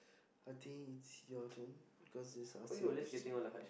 I think it's your turn cause I just asked you a question